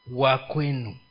wakwenu